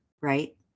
right